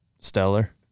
Stellar